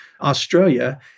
australia